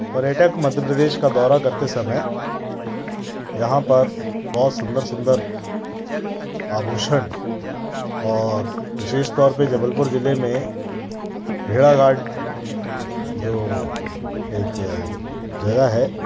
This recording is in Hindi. पर्यटक मध्य प्रदेश का दौरा करते समय यहाँ पर बहुत सुंदर सुंदर आभूषण और विशेष तौर पे जबलपुर जिले में भेड़ाघाट जो एक जगह है